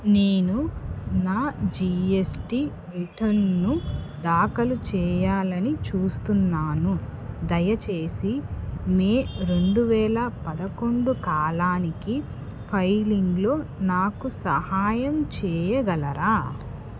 నేను నా జిఎస్టి రిటర్న్ను దాఖలు చెయ్యాలని చూస్తున్నాను దయచేసి మే రెండు వేల పదకొండు కాలానికి ఫైలింగ్లో నాకు సహాయం చెయ్యగలరా